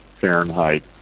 Fahrenheit